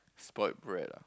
spoiled brat ah